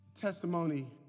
testimony